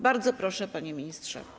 Bardzo proszę, panie ministrze.